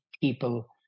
people